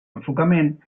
enfocament